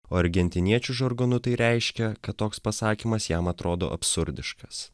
o argentiniečių žargonu tai reiškia kad toks pasakymas jam atrodo absurdiškas